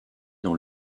dans